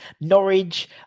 Norwich